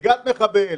הריגת מחבל,